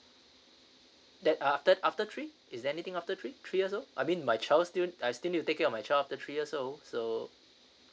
then after after three is there anything after three three years old I mean my child still I still need to take care of my child after three years old so